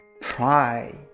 Pride